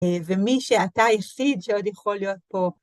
ומי שאתה היחיד שעוד יכול להיות פה.